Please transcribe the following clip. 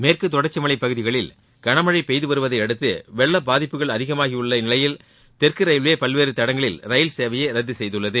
மேற்கு தொடர்ச்சி மலைப் பகுதிகளில் கனமழை பெய்து வருவதை அடுத்து வெள்ள பாதிப்புகள் அதிகமாகியுள்ள நிலையில் தெற்கு ரயில்வே பல தடங்களில் ரயில்சேவையை ரத்து செய்துள்ளது